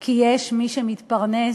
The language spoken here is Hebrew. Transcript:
כי יש מי שמתפרנס